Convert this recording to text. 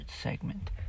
segment